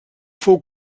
fou